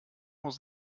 was